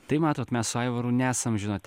tai matot mes su aivaru nesam žinot